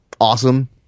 awesome